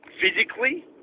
Physically